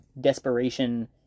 desperation